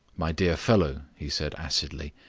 my dear fellow, he said acidly,